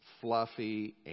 fluffy